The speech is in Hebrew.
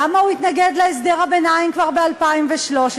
למה הוא התנגד להסדר הביניים כבר ב-2013,